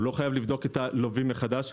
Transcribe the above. הוא לא חייב לבדוק את הלווים מחדש,